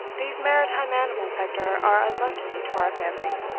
these maritime animals, hector, are unlucky to our family.